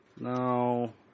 No